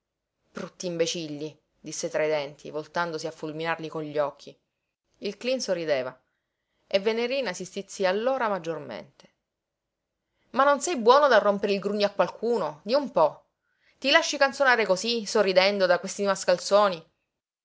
brutti imbecilli disse tra i denti voltandosi a fulminarli con gli occhi il cleen sorrideva e venerina si stizzí allora maggiormente ma non sei buono da rompere il grugno a qualcuno di un po ti lasci canzonare cosí sorridendo da questi mascalzoni